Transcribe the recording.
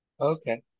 okay